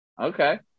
Okay